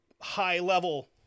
high-level